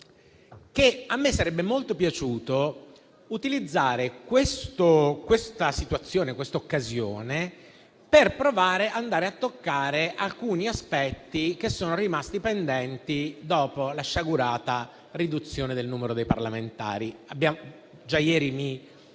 A me sarebbe molto piaciuto utilizzare questa occasione per provare a toccare alcuni aspetti rimasti pendenti dopo la sciagurata riduzione del numero dei parlamentari.